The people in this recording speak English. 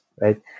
right